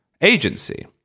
agency